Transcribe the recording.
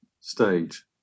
stage